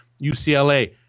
UCLA